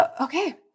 Okay